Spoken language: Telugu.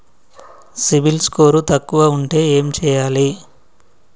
సిబిల్ స్కోరు తక్కువ ఉంటే ఏం చేయాలి?